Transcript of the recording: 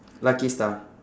lucky star